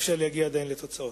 אפשר להגיע עדיין לתוצאות.